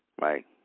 Right